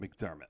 McDermott